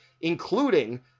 including